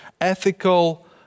ethical